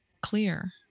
clear